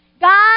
God